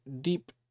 deep